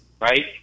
Right